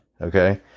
Okay